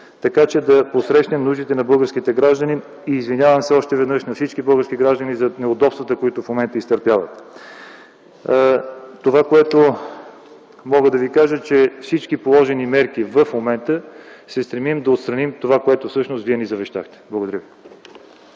така че да посрещне нуждите на българските граждани. Извинявам се още веднъж на всички български граждани за неудобствата, които в момента изтърпяват. Това, което мога да ви кажа е, че с всички положени мерки в момента се стремим да отстраним това, което всъщност вие ни завещахте. Благодаря ви.